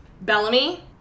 Bellamy